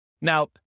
Now